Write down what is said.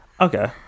okay